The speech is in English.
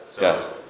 yes